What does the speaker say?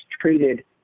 treated